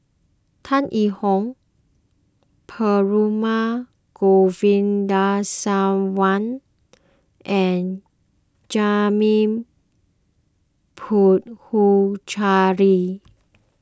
Tan Yee Hong Perumal and Puthucheary